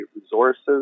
resources